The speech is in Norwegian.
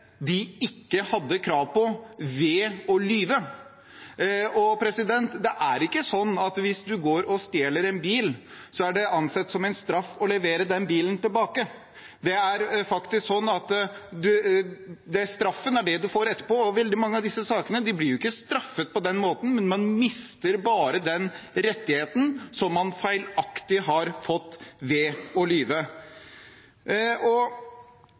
de ikke hadde krav på, ved å lyve. Det er ikke sånn at hvis man stjeler en bil, er det ansett som en straff å levere bilen tilbake. Straffen er den du får etterpå. Veldig mange av disse sakene blir ikke straffet på den måten, man mister bare den rettigheten man feilaktig har fått ved å lyve. I disse sakene hører vi aldri SV innrømme at de alltid er for oppmykning og